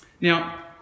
Now